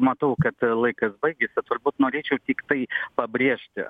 matau kad laikas baigiasi turbūt norėčiau tiktai pabrėžti